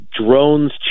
Drones